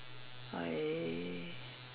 I